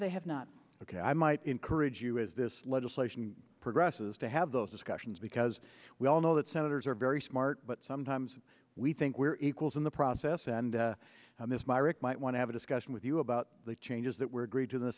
they have not ok i might encourage you as this legislation progresses to have those discussions because we all know that senators are very smart but sometimes we think we're equals in the process and myrick might want to have a discussion with you about the changes that were agreed to the